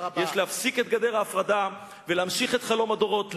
יש להפסיק את גדר ההפרדה ולהמשיך את חלום הדורות,